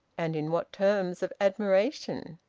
and in what terms of admiration!